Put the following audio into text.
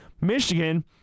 Michigan